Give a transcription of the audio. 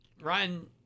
Ryan